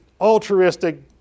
altruistic